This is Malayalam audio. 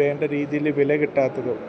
വേണ്ടരീതിയിൽ വില കിട്ടാത്തതും